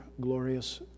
glorious